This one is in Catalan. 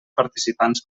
participants